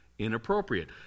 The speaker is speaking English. inappropriate